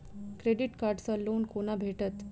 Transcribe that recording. Credit card सँ loan कोना भेटत?